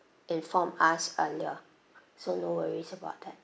inform us earlier so no worries about that